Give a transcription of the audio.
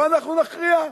גם פה אנחנו נכריע?